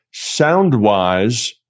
Soundwise